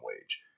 wage